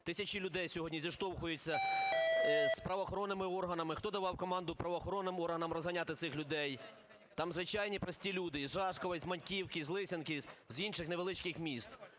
Тисячі людей сьогодні зіштовхуються з правоохоронними органами. Хто давав команду правоохоронним органам розганяти цих людей? Там звичайні, прості люди із Жашкова, із Маньківки, з Лисянки, з інших невеличких міст.